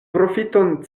profiton